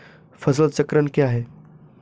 फसल चक्रण क्या है?